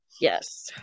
Yes